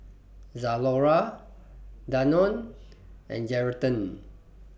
Zalora Danone and Geraldton